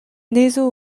anezho